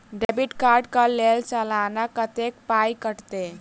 Debit card कऽ लेल सलाना कत्तेक पाई कटतै?